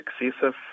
excessive